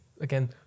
again